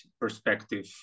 perspective